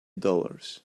dollars